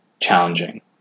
challenging